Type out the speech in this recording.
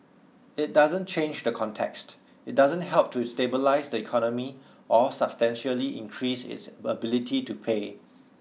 it doesn't change the context it doesn't help to stabilise the economy or substantially increase its ability to pay